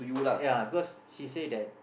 ya because she say that